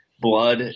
Blood